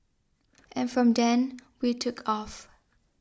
and from then we took off